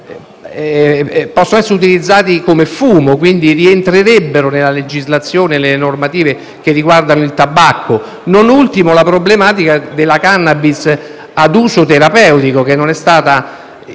possono essere utilizzati come fumo, per cui rientrerebbero nella legislazione riguardante il tabacco. Non ultima, la problematica della *cannabis* ad uso terapeutico, che non è stata